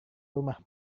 rumah